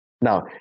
Now